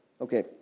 Okay